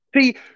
See